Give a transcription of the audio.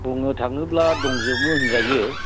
बुंनो थाङोब्ला दंजोबो होनजायो